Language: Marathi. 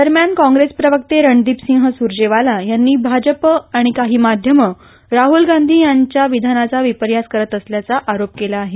दरम्यान काँग्रेस प्रवक्ते रणदीपसिंह सुरजेवाला यांनी भाजपं आणि काही माध्यमं राहुल गांधी यांच्या विधानाचा विपर्यास करत असल्याचा आरोप केला आहे